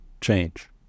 change